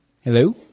Hello